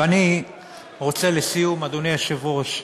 ואני רוצה, לסיום, אדוני היושב-ראש,